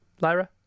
Lyra